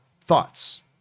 thoughts